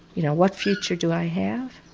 you know what future do i have?